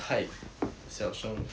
太小声